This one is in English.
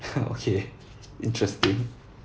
okay interesting